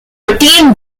routine